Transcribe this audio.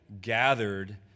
gathered